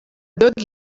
dogg